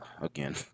again